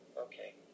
Okay